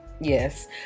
yes